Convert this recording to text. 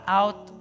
out